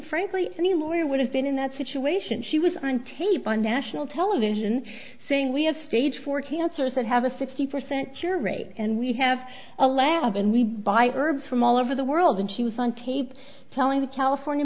frankly any more we would have been in that situation she was on tape on national television saying we have stage four cancer said have a fifty percent cure rate and we have a lab and we buy herbs from all over the world and she was on tape telling the california